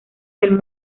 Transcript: del